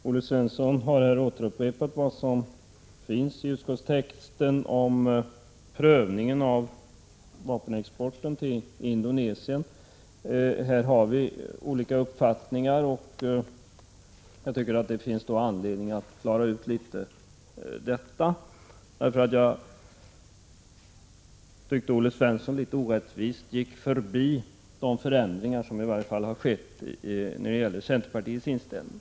Fru talman! Olle Svensson upprepade vad som står i utskottstexten om prövningen av vapenexporten till Indonesien. Här har vi olika uppfattningar. Det finns anledning att klara ut detta, eftersom jag tycker att Olle Svensson litet orättvist gick förbi de förändringar som har skett, i varje fall i fråga om centerpartiets inställning.